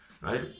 right